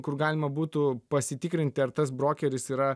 kur galima būtų pasitikrinti ar tas brokeris yra